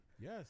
Yes